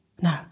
No